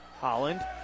Holland